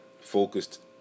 focused